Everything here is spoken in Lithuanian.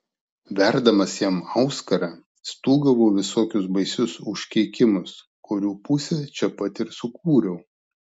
verdamas jam auskarą stūgavau visokius baisius užkeikimus kurių pusę čia pat ir sukūriau